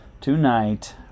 tonight